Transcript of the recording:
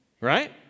Right